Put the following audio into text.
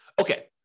Okay